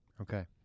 Okay